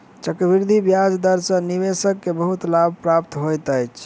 चक्रवृद्धि ब्याज दर सॅ निवेशक के बहुत लाभ प्राप्त होइत अछि